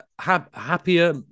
happier